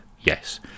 yes